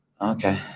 Okay